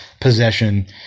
possession